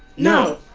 no.